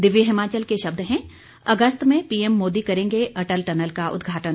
दिव्य हिमाचल के शब्द हैं अगस्त में पीएम मोदी करेंगे अटल टनल का उद्घाटन